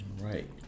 right